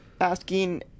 asking